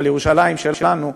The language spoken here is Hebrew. על ירושלים שלנו,